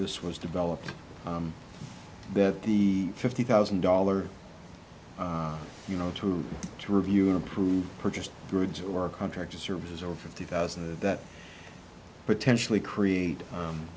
this was developed that the fifty thousand dollars you know to to review and approve purchase goods or contractor services or fifty thousand that potentially create